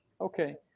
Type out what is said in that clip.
okay